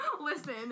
listen